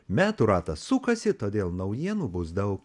metų ratas sukasi todėl naujienų bus daug